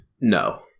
No